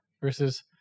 Versus